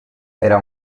era